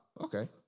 okay